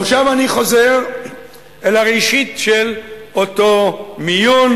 עכשיו, אני חוזר אל הראשית של אותו מיון,